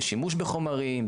בשימוש בחומרים,